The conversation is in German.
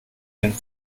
den